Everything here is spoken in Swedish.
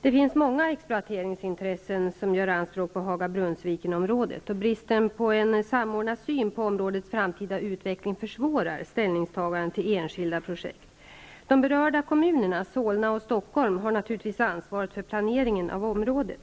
Det finns många exploateringsintressen som gör anspråk på Haga--Brunnsviken-området. Bristen på en samordnad syn på områdets framtida ut veckling försvårar ställningstagandena till en skilda projekt. De berörda kommunerna, Solna och Stockholm, har naturligtvis ansvaret för pla neringen av området.